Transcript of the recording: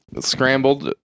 Scrambled